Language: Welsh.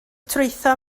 trwytho